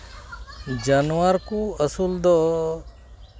ᱡᱟᱱᱣᱟᱨ ᱠᱚ ᱟᱹᱥᱩᱞ ᱫᱚ